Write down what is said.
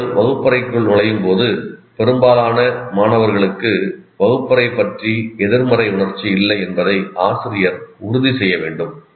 மாணவர்கள் வகுப்பறைக்குள் நுழையும்போது பெரும்பான்மையான மாணவர்களுக்கு வகுப்பறை பற்றி எதிர்மறை உணர்ச்சி இல்லை என்பதை ஆசிரியர் உறுதி செய்ய வேண்டும்